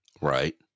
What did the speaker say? Right